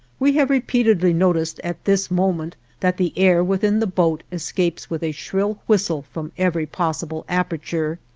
we have repeatedly noticed at this moment that the air within the boat escapes with a shrill whistle from every possible aperture,